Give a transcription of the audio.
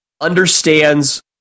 understands